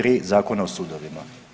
3. Zakona o sudovima.